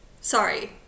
Sorry